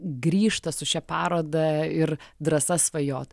grįžta su šia paroda ir drąsa svajot